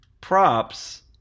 props